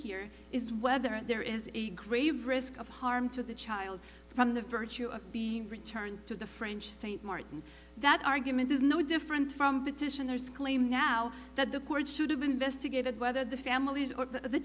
here is whether there is a grave risk of harm to the child from the virtue of being returned to the french st maarten that argument is no different from petitioners claim now that the court should have investigated whether the families or th